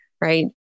right